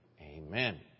Amen